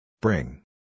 Bring